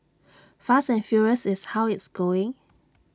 fast and furious is how it's going